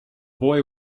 boy